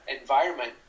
environment